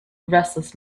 restless